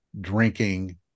drinking